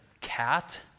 cat